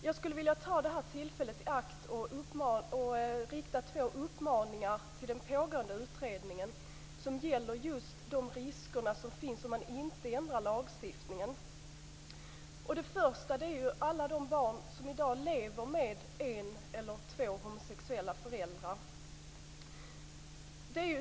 Jag vill ta tillfället i akt och rikta två uppmaningar till den pågående utredningen som gäller just de risker som finns om man inte ändrar lagstiftningen. Den första uppmaningen gäller alla de barn som i dag lever med en eller två homosexuella föräldrar.